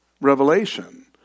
Revelation